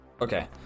Okay